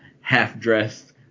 half-dressed